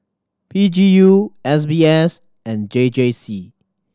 P G U S B S and J J C